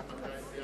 אדוני היושב-ראש,